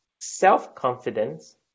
self-confidence